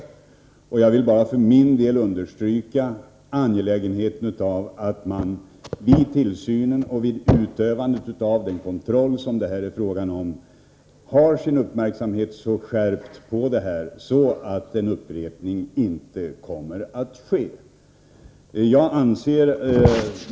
För min del vill jag bara understryka angelägenheten av att man vid tillsynen och vid utövandet av den kontroll som det här är fråga om har skärpt uppmärksamhet riktad på detta, så att en upprepning inte kommer att ske.